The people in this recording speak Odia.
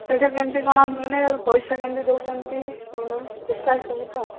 ସେଇଟା କେମିତି କ'ଣ ମାନେ ପଇସା କେମିତି ଦେଉଛନ୍ତି କ'ଣ ଠିକ୍ଠାକ୍ ସବୁ ତ